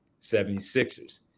76ers